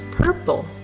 purple